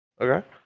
Okay